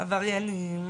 עבריינים.